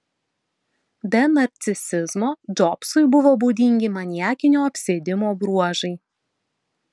be narcisizmo džobsui buvo būdingi maniakinio apsėdimo bruožai